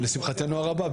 ולשמחתנו הרבה,